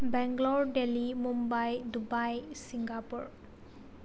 Bangalore Delhi Mumbai Dubai Singapore